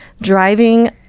driving